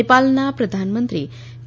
નેપાળના પ્રધાનમંત્રી કે